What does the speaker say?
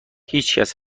هیچکس